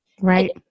Right